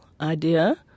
idea